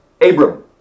Abram